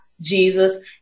Jesus